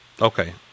Okay